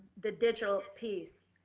the digital piece,